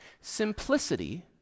Simplicity